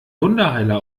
wunderheiler